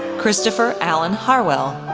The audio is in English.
christopher allen harwell,